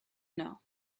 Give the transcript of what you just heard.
know